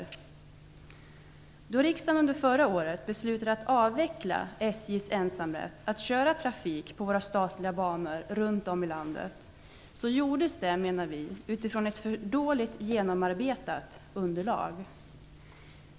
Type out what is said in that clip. Vi menar att riksdagens beslut under förra året att avveckla SJ:s ensamrätt att trafikera våra statliga banor runt om i landet fattades på ett för dåligt genomarbetat underlag.